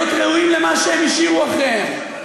להיות ראויים למה שהם השאירו אחריהם,